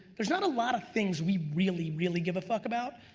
there's not a lot of things we really, really give a fuck about,